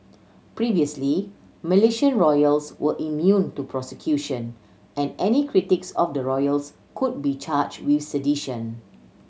previously Malaysian royals were immune to prosecution and any critics of the royals could be charged with sedition